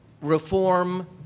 Reform